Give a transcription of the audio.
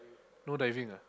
no diving ah